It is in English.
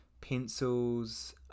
pencils